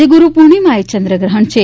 આજે ગુરુપૂર્ણિમાએ ચંદ્રગ્રહણ છે